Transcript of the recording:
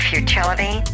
Futility